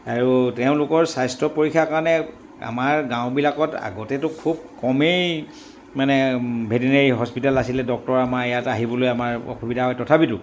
আৰু তেওঁলোকৰ স্বাস্থ্য পৰীক্ষাৰ কাৰণে আমাৰ গাঁওবিলাকত আগতেতো খুব কমেই মানে ভেটেনেৰি হস্পিতেল আছিলে ডক্টৰ আমাৰ ইয়াত আহিবলৈ আমাৰ অসুবিধা হয় তথাপিতো